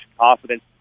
confidence